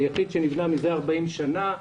היחיד שנבנה מזה 40 שנים.